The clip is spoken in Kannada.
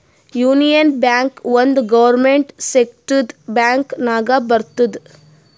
ಯೂನಿಯನ್ ಬ್ಯಾಂಕ್ ಒಂದ್ ಗೌರ್ಮೆಂಟ್ ಸೆಕ್ಟರ್ದು ಬ್ಯಾಂಕ್ ನಾಗ್ ಬರ್ತುದ್